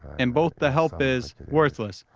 and both the help is worthless,